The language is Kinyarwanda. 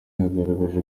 yagaragaje